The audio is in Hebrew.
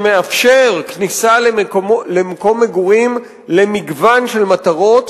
שמאפשר כניסה למקום מגורים למגוון של מטרות,